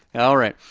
all right,